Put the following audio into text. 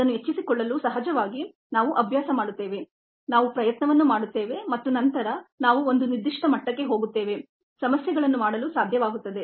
ಅದನ್ನು ಹೆಚ್ಚಿಸಿಕೊಳ್ಳಲು ಸಹಜವಾಗಿ ನಾವು ಅಭ್ಯಾಸ ಮಾಡುತ್ತೇವೆ ನಾವು ಪ್ರಯತ್ನವನ್ನು ಮಾಡುತ್ತೇವೆ ಮತ್ತು ನಂತರ ನಾವು ಒಂದು ನಿರ್ದಿಷ್ಟ ಮಟ್ಟಕ್ಕೆ ಹೋಗುತ್ತೇವೆ ಸಮಸ್ಯೆಗಳನ್ನು ಮಾಡಲು ಸಾಧ್ಯವಾಗುತ್ತದೆ